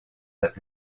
that